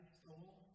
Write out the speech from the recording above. stole